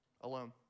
alone